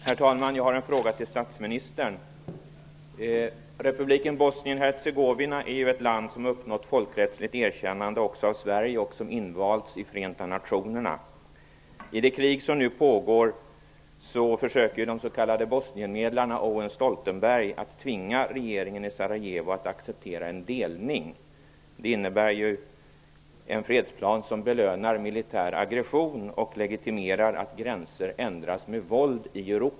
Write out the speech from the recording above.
Herr talman! Jag har en fråga till statsministern. Republiken Bosnien-Hercegovina har uppnått folkrättsligt erkännande även av Sverige, och landet har invalts i Förenta nationerna. I det krig som pågår försöker de s.k. Bosnienmedlarna Owen och Stoltenberg att tvinga regeringen i Sarajevo att acceptera en delning. Det innebär en fredsplan som belönar militär aggression och legitimerar att gränser i Europa ändras med våld.